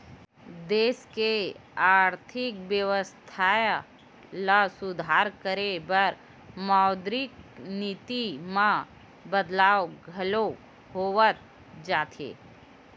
देस के आरथिक बेवस्था ल सुधार करे बर मौद्रिक नीति म बदलाव घलो होवत जाथे